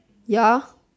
ya